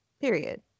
period